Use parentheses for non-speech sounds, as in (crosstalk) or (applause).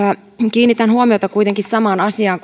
kiinnitän huomiota kuitenkin samaan asiaan (unintelligible)